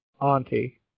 auntie